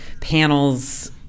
panels